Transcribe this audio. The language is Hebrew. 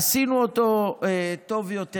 עשינו אותו טוב יותר.